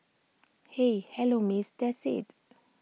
hey hello miss that's IT